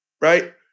Right